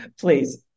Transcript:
please